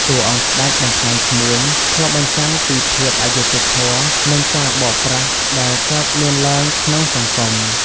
តួអង្គស្តេច បំផ្លាញឈ្មួញ ឆ្លុះបញ្ចាំងពីភាពអយុត្តិធម៌ និងការបោកប្រាស់ដែលកើតមានឡើងក្នុងសង្គម។